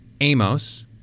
Amos